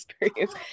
experience